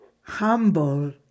humble